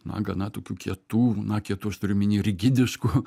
na gana tokių kietų na kietų aš turiu omeny rigidiškų